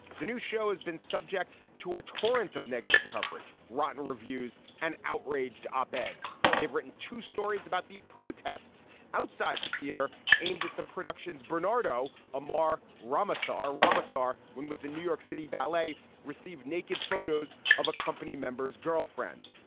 the new show has been subject to a torrent of negative coverage, rotten reviews and outraged op ed's. they've written two stories about the protests outside the theater aimed at the productions bernardo amar, rama saar, rama sa. when with the new york city ballet received naked photos of a company member's girlfriend,